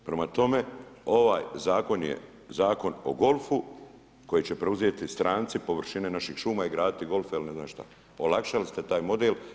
Prema tome ovaj zakon je zakon o golfu koji će preuzeti stranci površine naših šuma i graditi golfe ili ne znam šta, olakšali ste taj model.